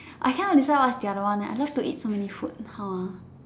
I cannot decide what's the other one leh I love to eat so many food !huh!